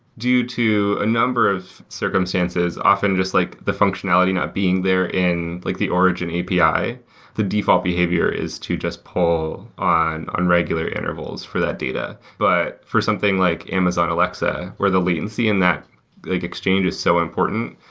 due to a number of circumstances, often just like the functionality not being there in like the origin api, the default behavior is to just pull on on regular intervals for that data, but for something like amazon alexa or the latency in that like exchange is so important.